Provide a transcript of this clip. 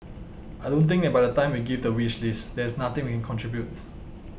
I don't think that by the time we give the wish list there is nothing we contribute